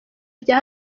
rya